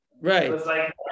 Right